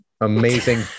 amazing